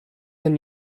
than